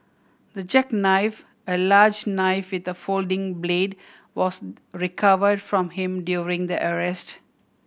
the jackknife a large knife with a folding blade was recovered from him during the arrest